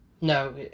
No